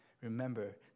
Remember